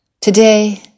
Today